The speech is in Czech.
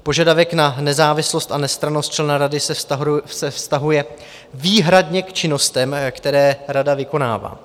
Požadavek na nezávislost a nestrannost člena rady se vztahuje výhradně k činnostem, které rada vykonává.